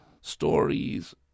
stories